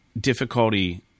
difficulty